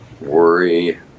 worry